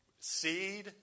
Seed